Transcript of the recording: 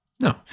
No